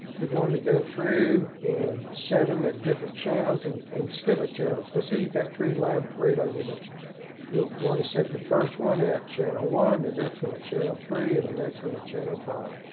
you'd want to go through and set them at different channels. and and skip a channel. let's say you've got three labradar units. you'll want to set the first one at channel one, the next one at channel three, and the next one at channel.